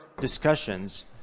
discussions